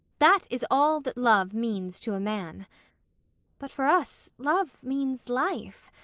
that is all that love means to a man but for us, love means life.